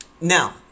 Now